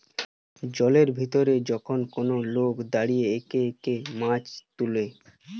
জলের ভিতরে যখন কোন লোক দাঁড়িয়ে একে একে মাছ তুলে